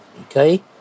okay